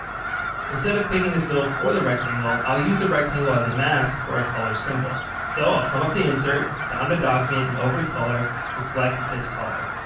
instead of picking the fill for the rectangle, i'll use the rectangle as a mask for a color symbol. so, i'll come up to insert, down to document, and over to color and select this color.